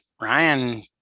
Ryan